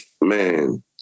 man